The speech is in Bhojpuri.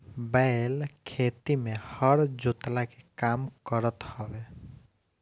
बैल खेती में हर जोतला के काम करत हवे